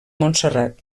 montserrat